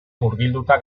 murgilduta